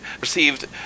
received